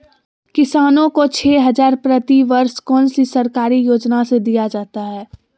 किसानों को छे हज़ार प्रति वर्ष कौन सी सरकारी योजना से दिया जाता है?